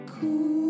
cool